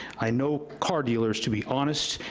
i know car dealers to be honest,